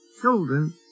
children